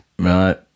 Right